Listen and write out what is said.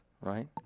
right